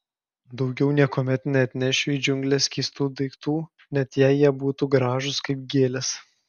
daugiau niekuomet neatnešiu į džiungles keistų daiktų net jei jie būtų gražūs kaip gėlės